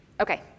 Okay